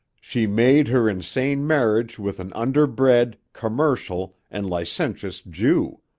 she made her insane marriage with an underbred, commercial, and licentious jew.